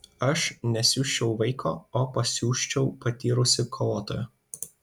aš nesiųsčiau vaiko o pasiųsčiau patyrusį kovotoją